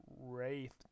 wraith